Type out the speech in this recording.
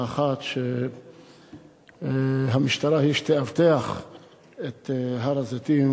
האחת שהמשטרה היא שתאבטח את הר-הזיתים,